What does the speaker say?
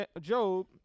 Job